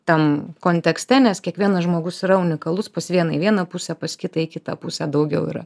tam kontekste nes kiekvienas žmogus yra unikalus pas vieną į vieną pusę pas kitą į kitą pusę daugiau yra